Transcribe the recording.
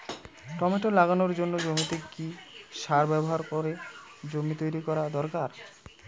Tomato লাগানোর জন্য জমিতে কি সার ব্যবহার করে জমি তৈরি করা দরকার?